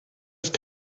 ist